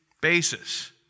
basis